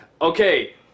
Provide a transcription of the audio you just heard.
okay